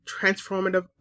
transformative